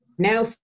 now